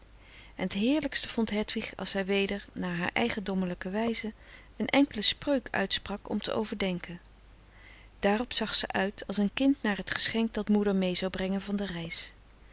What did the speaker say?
en t heerlijkste vond hedwig als zij weder naar haar eigendommelijke wijze een enkele spreuk uitsprak om te overdenken daarop zag ze uit als een kind naar t geschenk dat moeder mee zou brengen van de reis